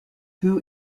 who